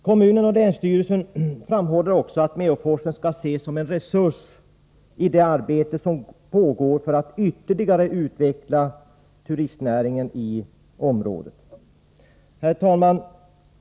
Kommunen och länsstyrelsen framhåller också att Meåforsen skall ses som en resurs i det arbete som pågår att ytterligare utveckla turistnäringen i området. Herr talman!